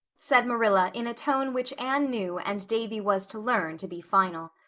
said marilla in a tone which anne knew and davy was to learn to be final.